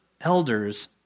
elders